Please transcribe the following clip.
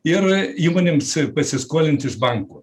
ir įmonėms pasiskolinti iš bankų